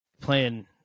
playing